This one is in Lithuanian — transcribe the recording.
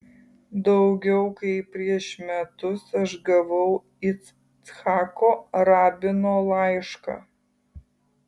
daugiau kaip prieš metus aš gavau icchako rabino laišką